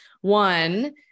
one